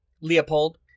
Leopold